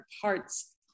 parts